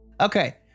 Okay